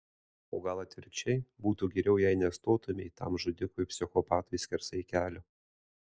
o gal atvirkščiai būtų geriau jei nestotumei tam žudikui psichopatui skersai kelio